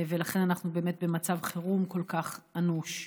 ולכן אנחנו באמת במצב חירום כל כך אנוש.